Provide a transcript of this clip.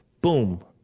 boom